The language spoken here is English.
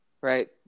right